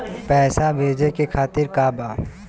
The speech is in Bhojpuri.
पैसा भेजे के तरीका का बा?